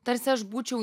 tarsi aš būčiau